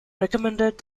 recommended